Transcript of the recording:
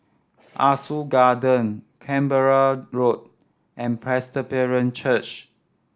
Ah Soo Garden Canberra Road and Presbyterian Church